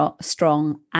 strong